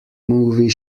movie